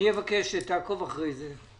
אופיר כץ, אני מבקש שתעקוב אחרי זה.